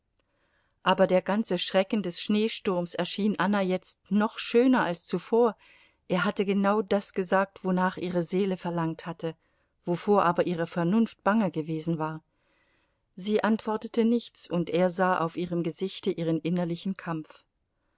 aber der ganze schrecken des schneesturms erschien anna jetzt noch schöner als zuvor er hatte genau das gesagt wonach ihre seele verlangt hatte wovor aber ihre vernunft bange gewesen war sie antwortete nichts und er sah auf ihrem gesichte ihren innerlichen kampf